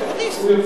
הוא יוצא.